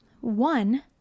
one